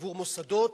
עבור מוסדות,